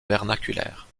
vernaculaire